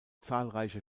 zahlreiche